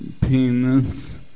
penis